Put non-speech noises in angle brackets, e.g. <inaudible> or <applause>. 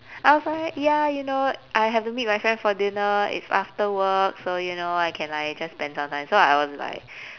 I was like ya you know I have to meet my friend for dinner it's after work so you know I can like just spend some time so I was like <breath>